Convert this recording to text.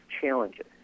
challenges